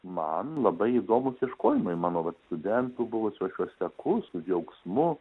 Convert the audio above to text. man labai įdomūs ieškojimai mano vat studentų buvusių aš juos seku su džiaugsmu